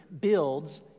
builds